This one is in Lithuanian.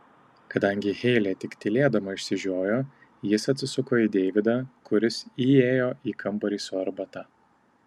kadangi heilė tik tylėdama išsižiojo jis atsisuko į deividą kuris įėjo į kambarį su arbata